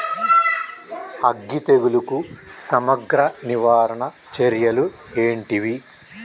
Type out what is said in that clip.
అగ్గి తెగులుకు సమగ్ర నివారణ చర్యలు ఏంటివి?